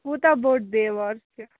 کوٗتاہ بوٚڈ دیوار چھُ